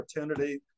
opportunity